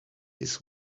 his